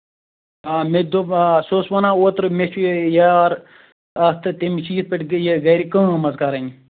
آ مےٚ تہِ دوٚپ آ سُہ اوس وَنان اوترٕ مےٚ چھُ یہِ یار اکھ تہٕ تٔمِس چھِ یِتھٕ پٲٹھۍ یہِ گرِ کٲم حظ کَرٕنۍ